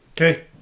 Okay